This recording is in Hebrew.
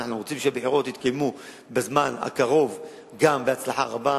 אנו רוצים שהבחירות יתקיימו בזמן הקרוב גם בהצלחה רבה,